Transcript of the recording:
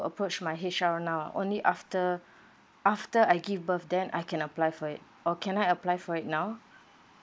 approach my H_R now only after after I give birth then I can apply for it or can I apply for it now